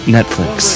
Netflix